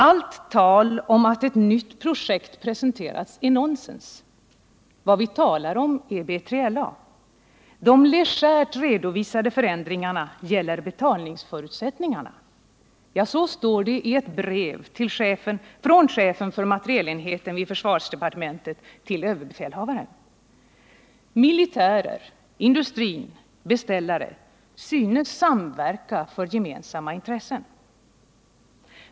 ” Allt tal om att ett nytt projekt presenterats är nonsens. Vad vi talar om är BJLA. De legärt redovisade förändringarna gäller betalningsförutsättningarna.” Ja, så står det i ett brev från chefen för materielenheten vid försvarsdepartementet till överbefälhavaren. Militärer, industri och beställare synes samverka för gemensamma intressen.